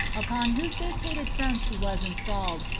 upon whose vacated throne she was installed,